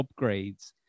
upgrades